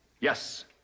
Yes